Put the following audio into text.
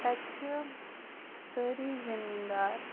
تَتہِ چھِ سٲری زٔمیٖن دار